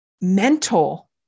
mental